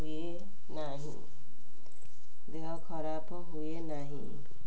ହୁଏ ନାହିଁ ଦେହ ଖରାପ ହୁଏ ନାହିଁ